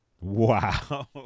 Wow